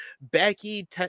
Becky